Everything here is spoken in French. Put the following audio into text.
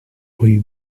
rue